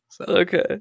okay